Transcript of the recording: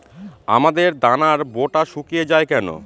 আমের দানার বোঁটা শুকিয়ে য়ায় কেন?